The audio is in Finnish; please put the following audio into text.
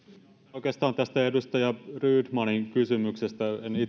oikeastaan tästä edustaja rydmanin kysymyksestä